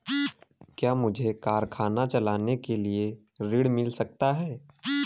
क्या मुझे कारखाना चलाने के लिए ऋण मिल सकता है?